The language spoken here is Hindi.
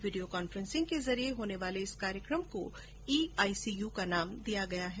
वीडियो कांफ्रेंस के जरिये होने वाले इस कार्यक्रम को ई आईसीयू नाम दिया गया है